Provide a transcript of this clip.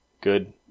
good